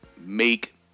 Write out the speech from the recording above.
make